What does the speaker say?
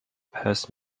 past